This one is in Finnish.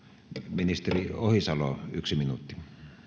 ministeri ohisalo yksi minuutti